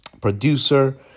Producer